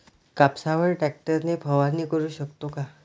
कापसावर ट्रॅक्टर ने फवारणी करु शकतो का?